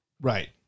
Right